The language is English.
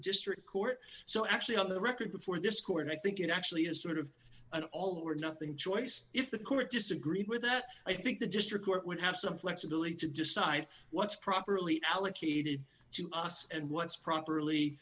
district court so actually on the record before this court i think it actually is sort of an all or nothing choice if the court just agreed with that i think the district court would have some flexibility to decide what's properly allocated to us and what's properly